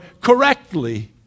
correctly